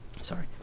Sorry